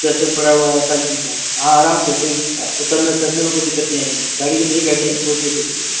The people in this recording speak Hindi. केचप पड़ा हुआ है सारी चीजें हैं हाँ आराम से कोई उतरने चढ़ने में कोई दिक्कत नहीं आएगी गाड़ी भी नई गाड़ी है तो बेफिक्र रहिए